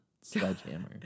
sledgehammer